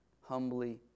humbly